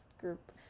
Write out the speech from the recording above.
group